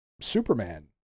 Superman